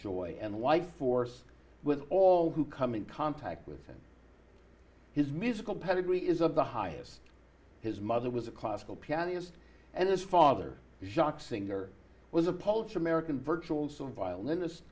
joy and why force with all who come in contact with him his musical pedigree is of the highest his mother was a classical pianist and his father shock singer was appalled for american virtue and so a violinist